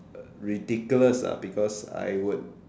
ridiculous ah because I would